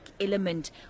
element